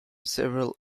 several